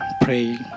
pray